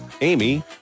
Amy